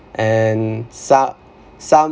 and so~ some